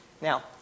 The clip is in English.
Now